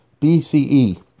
BCE